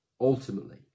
ultimately